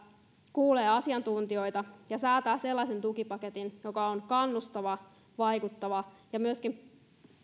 kuulee asiantuntijoita ja säätää sellaisen tukipaketin joka on kannustava vaikuttava ja myöskin koko